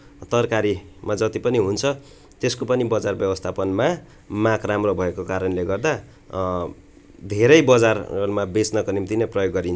तरकारीमा जति पनि हुन्छ त्यसको पनि बजार व्यवस्थापनमा माग राम्रो भएको कारणले गर्दा धेरै बजारमा बेच्नका निम्ति नै प्रयोग गरिन्छ